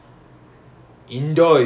oh the indoor [one] is the more like